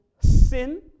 sin